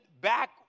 back